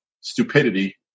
stupidity